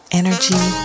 energy